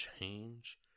change